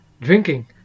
drinking